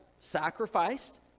sacrificed